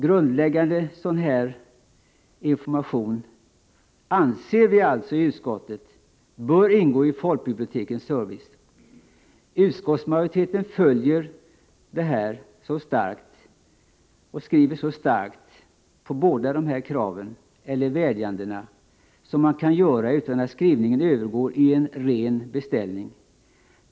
Grundläggande sådan information bör alltså ingå i folkbibliotekens service. Utskottsmajoriteten följer i båda dessa fall propositionen med så starka skrivningar i fråga om dessa båda krav — eller vädjanden — som man kan göra utan att skrivningarna övergår i rena beställningar.